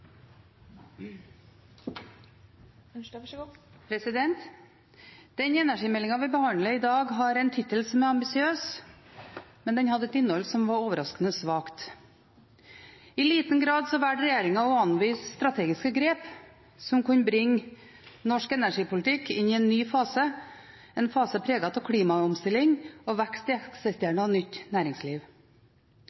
ambisiøs, men den har et innhold som er overraskende svakt. I liten grad valgte regjeringen å anvise strategiske grep som kunne brakt norsk energipolitikk inn i en ny fase, en fase preget av klimaomstilling og vekst i